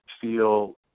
feel